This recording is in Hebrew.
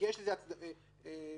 כי יש לזה סיכויים טובים,